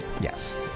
Yes